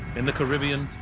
in the caribbean,